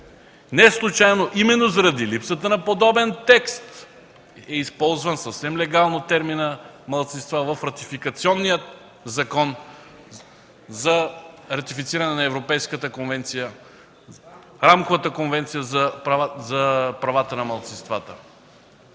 Неслучайно, именно заради липсата на подобен текст, е използван съвсем легално терминът „малцинства” в ратификационния закон за ратифициране на Рамковата конвенция за правата на малцинствата.